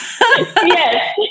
Yes